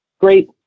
great